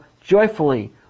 joyfully